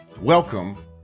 Welcome